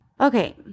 Okay